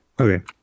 Okay